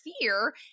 fear